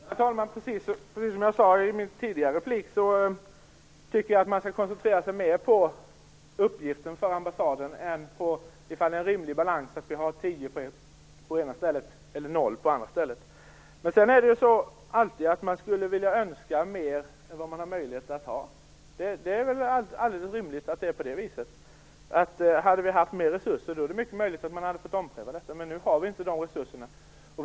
Herr talman! Precis som jag sade i min tidigare replik tycker jag att man skall koncentrera sig mer på uppgiften för ambassaden än på om det är en rimlig balans att vi har tio ambassader på ena stället och noll på det andra. Men det är alltid så att man skulle önska mer än man har möjlighet att ha. Det är rimligt att det är på det viset. Hade vi haft mer resurser är det mycket möjligt att man hade fått ompröva detta. Men nu har vi inte de resurserna.